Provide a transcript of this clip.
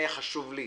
חשוב לי,